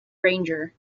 ranger